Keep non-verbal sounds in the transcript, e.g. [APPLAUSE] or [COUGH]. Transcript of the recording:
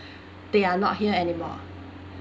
[BREATH] they are not here anymore